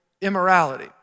immorality